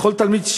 וכל תלמיד,